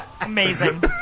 Amazing